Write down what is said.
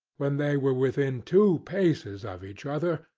when they were within two paces of each other,